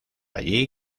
allí